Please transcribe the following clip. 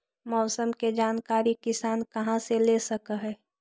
मौसम के जानकारी किसान कहा से ले सकै है?